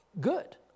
good